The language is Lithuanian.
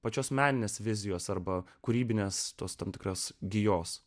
pačios meninės vizijos arba kūrybinės tos tam tikros gijos